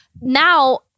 now